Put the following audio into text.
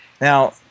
Now